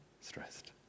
stressed